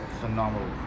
phenomenal